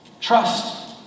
Trust